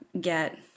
get